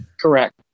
Correct